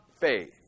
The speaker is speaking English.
faith